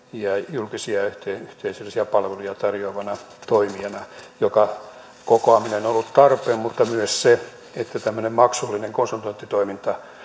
julkisyhteisöllisiä palveluja tarjoavana toimijana jonka kokoaminen on ollut tarpeen mutta myös se että tämmöinen maksullinen konsultointitoiminta